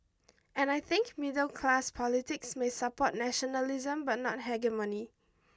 and I think middle class politics may support nationalism but not hegemony